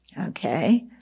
Okay